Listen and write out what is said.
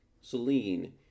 Celine